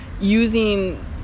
using